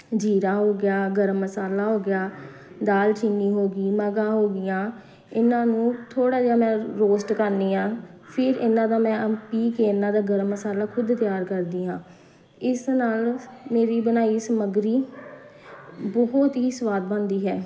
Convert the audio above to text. ਜੀਰਾ ਹੋ ਗਿਆ ਗਰਮ ਮਸਾਲਾ ਹੋ ਗਿਆ ਦਾਲ ਚੀਨੀ ਹੋ ਗਈ ਮਗਾ ਹੋ ਗਈਆਂ ਇਹਨਾਂ ਨੂੰ ਥੋੜ੍ਹਾ ਜਿਹਾ ਮੈਂ ਰੋਸਟ ਕਰਦੀ ਹਾਂ ਫਿਰ ਇਹਨਾਂ ਦਾ ਮੈਂ ਪੀਸ ਕੇ ਇਨ੍ਹਾਂ ਦਾ ਗਰਮ ਮਸਾਲਾ ਖੁਦ ਤਿਆਰ ਕਰਦੀ ਹਾਂ ਇਸ ਨਾਲ ਮੇਰੀ ਬਣਾਈ ਸਮੱਗਰੀ ਬਹੁਤ ਹੀ ਸਵਾਦ ਬਣਦੀ ਹੈ